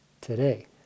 today